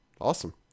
Awesome